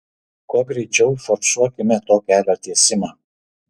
kuo greičiau forsuokime to kelio tiesimą